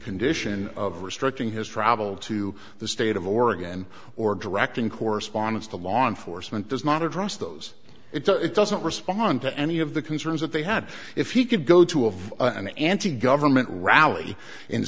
condition of restructuring has traveled to the state of oregon or directing correspondence to law enforcement does not address those it so it doesn't respond to any of the concerns that they had if he could go to of an anti government rally in